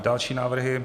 Další návrhy.